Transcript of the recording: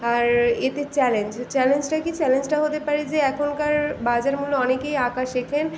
আর এতে চ্যালেঞ্জ চ্যালেঞ্জটা কী চ্যালেঞ্জটা হতে পারে যে এখনকার বাজার মূল্য অনেকেই আঁকা শেখেন